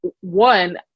one